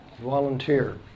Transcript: volunteer